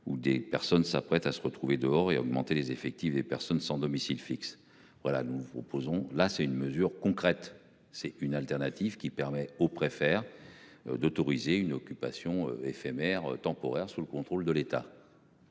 ou des personnes s'apprêtent à se retrouver dehors et augmenter les effectifs des personnes sans domicile fixe. Voilà, nous vous proposons là, c'est une mesure concrète, c'est une alternative qui permet aux préfère. D'autoriser une occupation éphémère temporaire sous le contrôle de l'État.